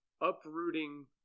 uprooting